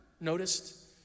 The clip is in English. noticed